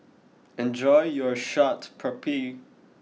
enjoy your Chaat Papri